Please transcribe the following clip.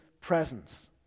presence